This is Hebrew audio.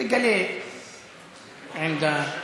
תגלה עמדה בנושא.